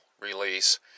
release